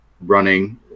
running